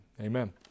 Amen